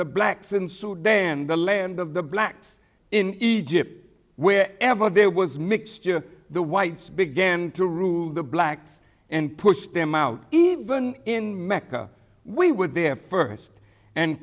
the blacks in sudan the land of the blacks in egypt where ever there was mixture the whites began to rule the blacks and pushed them out even in mecca we were there first and